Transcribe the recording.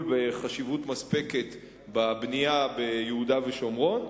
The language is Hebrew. בחשיבות מספקת בבנייה ביהודה ושומרון,